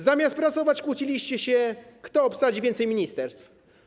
Zamiast pracować kłóciliście się, kto obsadzi więcej ministerstw.